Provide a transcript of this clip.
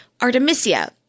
Artemisia